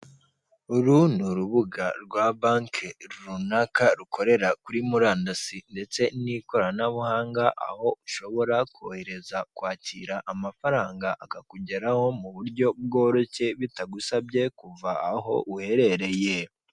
Uru n'urugubuga rwa banki runaka rukorera kuri murandasi ndetse n'ikoranabuhanga, aho ushobora kohereza kwakira amafaranga akakugeraho mu buryo bworoshye bitagusabye kuva aho uherereye.